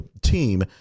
team